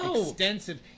extensive